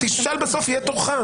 תשאל בסוף, יהיה תורך.